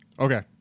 Okay